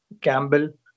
Campbell